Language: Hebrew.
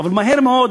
אבל מהר מאוד,